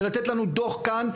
ולתת לנו דוח כאן,